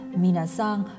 minasang